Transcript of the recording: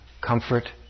comfort